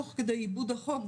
תוך כדי עיבוד החוק,